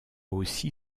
aussi